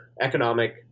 economic